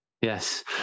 Yes